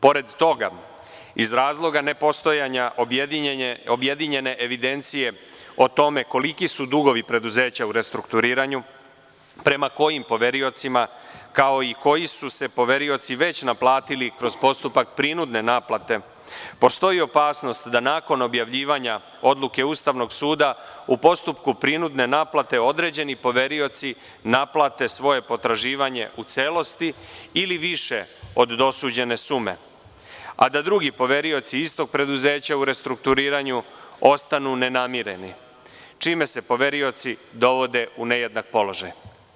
Pored toga, iz razloga nepostojanja objedinjene evidencije o tome koliki su dugovi preduzeća u restrukturiranju, prema kojim poveriocima, kao i koji su se poverioci već naplatili kroz postupak prinudne naplate, postoji opasnost da nakon objavljivanja odluke Ustavnog suda u postupku prinudne naplate određeni poverioci naplate svoje potraživanje u celosti ili više od dosuđene sume, a da drugi poverioci istog preduzeća u restrukturiranju ostanu nenamireni, čime se poverioci dovode u nejednak položaj.